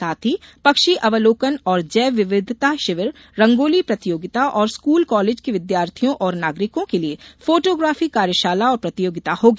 साथ ही पक्षी अवलोकन और जैव विविधता शिविर रंगोली प्रतियोगिता और स्कूल कॉलेज के विद्यार्थियों और नागरिकों के लिये फोटोग्राफी कार्यशाला और प्रतियोगिता होगी